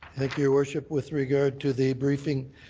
your worship. with regard to the briefing,